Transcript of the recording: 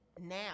now